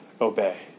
obey